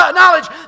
knowledge